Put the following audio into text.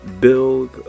build